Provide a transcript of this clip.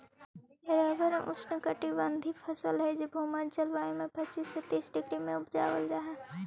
rubber ऊष्णकटिबंधी फसल हई जे भूमध्य जलवायु में पच्चीस से तीस डिग्री में उपजावल जा हई